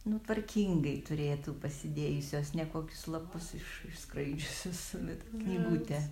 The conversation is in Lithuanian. nu tvarkingai turėtų pasidėjusios ne kokius lapus iš išskraidžiusius knygutę